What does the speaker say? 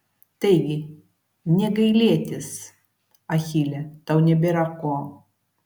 taigi nė gailėtis achile tau nebėra ko